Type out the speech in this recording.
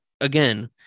again